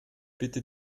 bitte